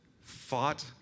fought